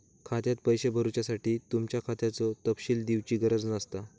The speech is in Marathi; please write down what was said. खात्यात पैशे भरुच्यासाठी तुमच्या खात्याचो तपशील दिवची गरज नसता